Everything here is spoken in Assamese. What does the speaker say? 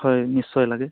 হয় নিশ্চয় লাগে